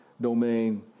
domain